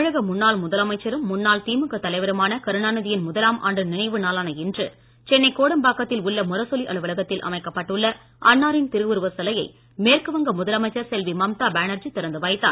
தமிழக முன்னாள் முதலமைச்சரும் முன்னாள் திமுக தலைவருமான கருணாநிதியின் முதலாம் ஆண்டு நினைவு நாளான இன்று சென்னை கோடம்பாக்கத்தில் உள்ள முரசொலி அலுவலகத்தில் அமைக்கப்பட்டுள்ள அன்னாரின் திருவுருவச் சிலையை மேற்குவங்க முதலமைச்சர் செல்வி மம்தா பானர்ஜி திறந்துவைத்தார்